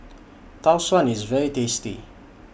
Tau Suan IS very tasty